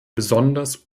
besonders